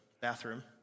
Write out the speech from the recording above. bathroom